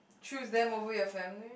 choose them over your family